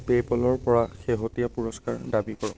পে'পলৰপৰা শেহতীয়া পুৰস্কাৰ দাবী কৰক